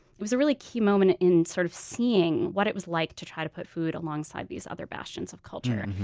it was a key moment in sort of seeing what it was like to try to put food alongside these other bastions of culture, and